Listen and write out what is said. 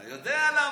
אתה יודע למה?